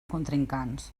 contrincants